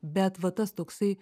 bet va tas toksai